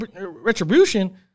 retribution